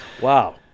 Wow